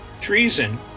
treason